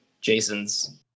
Jason's